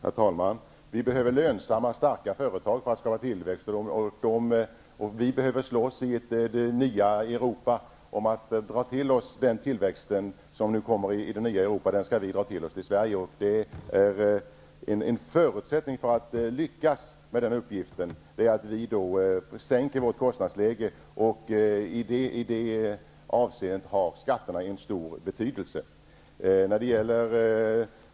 Herr talman! Vi behöver lönsamma, starka företag för att skapa tillväxt. Den tillväxt som nu kommer i det nya Europa skall vi dra till oss i Sverige. En förutsättning för att lyckas med den uppgiften är att vi sänker vårt kostnadsläge, och i det avseendet har skatterna en stor betydelse.